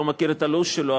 אני לא מכיר את הלו"ז שלו,